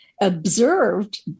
observed